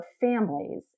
families